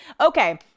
Okay